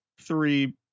three